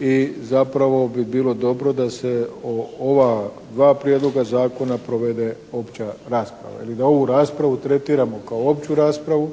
i zapravo bi bilo dobro da se o ova dva prijedloga zakona provede opća rasprava ili da ovu raspravu tretiramo kao opću raspravu